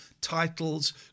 titles